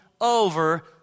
over